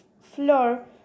floor